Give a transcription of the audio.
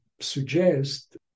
suggest